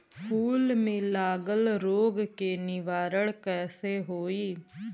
फूल में लागल रोग के निवारण कैसे होयी?